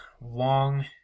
long